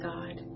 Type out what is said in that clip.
God